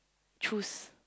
choose